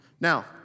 Now